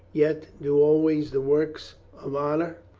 yet do always the works of honor?